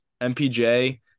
mpj